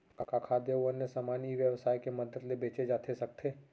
का खाद्य अऊ अन्य समान ई व्यवसाय के मदद ले बेचे जाथे सकथे?